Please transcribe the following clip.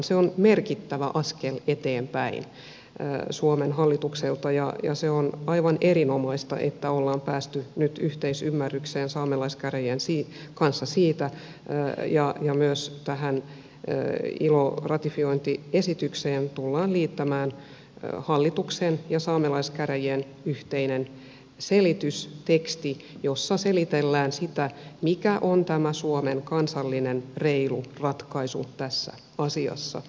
se on merkittävä askel eteenpäin suomen hallitukselta ja on aivan erinomaista että siitä ollaan päästy nyt yhteisymmärrykseen saamelaiskäräjien kanssa ja myös tähän ilo ratifiointiesitykseen tullaan liittämään hallituksen ja saamelaiskärä jien yhteinen selitysteksti jossa selitellään sitä mikä on tämä suomen kansallinen reilu ratkaisu tässä asiassa